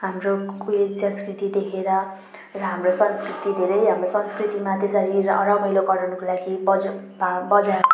हाम्रो ऊ यो संस्कृति देखेर र हाम्रो संस्कृति धेरै हाम्रो संस्कृतिमा त्यसरी रमाइलो गराउनका लागि बजा बजार